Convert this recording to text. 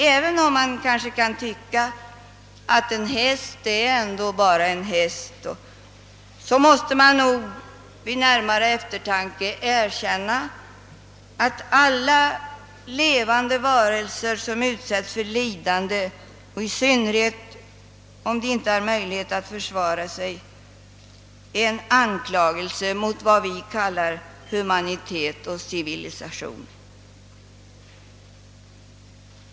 Även om man kanske kan tycka att en häst ändå bara är en häst, måste man vid närmare eftertanke erkänna att aila levande varelser som utsätts för lidande, i synnerhet om de inte har möjlighet att försvara sig, är en anklagelse mot vad vi kallar humanitet och civilisation.